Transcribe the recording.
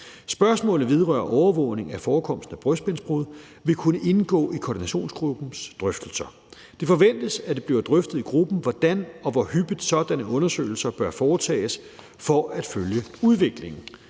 Spørgsmålet vedrørende overvågning af forekomster af brystbensbrud vil kunne indgå i koordinationsgruppens drøftelser. Det forventes, at det bliver drøftet i gruppen, hvordan og hvor hyppigt sådanne undersøgelser bør foretages for at følge udviklingen.